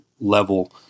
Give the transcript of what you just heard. level